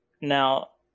Now